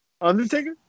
Undertaker